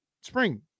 spring